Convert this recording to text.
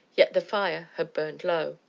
yet the fire had burned low.